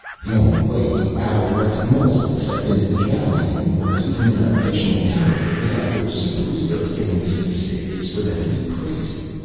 the only way you outer-directed moles will accept individuality any more even in a fictional character, without your superegos getting seasick, is for them to be crazy.